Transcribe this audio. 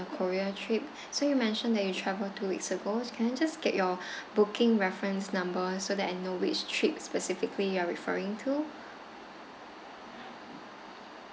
korea trip so you mentioned that you travelled two weeks ago can I just get your booking reference number so that I know which trip specifically you are referring to